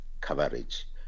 coverage